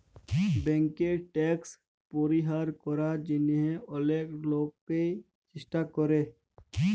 ব্যাংকে ট্যাক্স পরিহার করার জন্যহে অলেক লোকই চেষ্টা করে